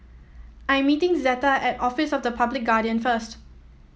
I'm meeting Zeta at Office of the Public Guardian first